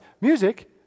music